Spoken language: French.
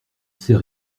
sais